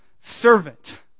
servant